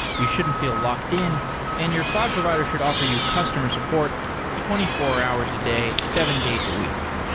you shouldn't feel locked-in and your cloud provider should offer you customer support twenty four hours a day, seven days a week,